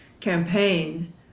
campaign